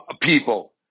people